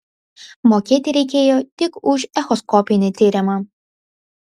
mokėti reikėjo tik už echoskopinį tyrimą